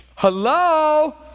Hello